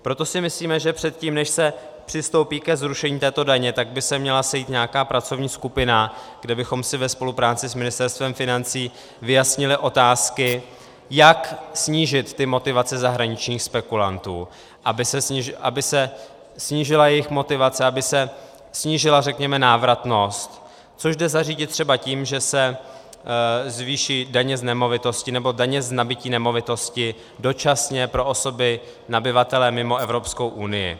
Proto si myslíme, že předtím, než se přistoupí ke zrušení této daně, by se měla sejít nějaká pracovní skupina, kde bychom si ve spolupráci s Ministerstvem financí vyjasnili otázky, jak snížit ty motivace zahraničních spekulantů, aby se snížila jejich motivace, aby se snížila, řekněme, návratnost, což jde zařídit třeba tím, že se zvýší daně z nemovitostí nebo daně z nabytí nemovitosti dočasně pro osoby nabyvatele mimo Evropskou unii.